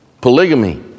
polygamy